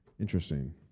Interesting